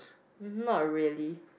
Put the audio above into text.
not really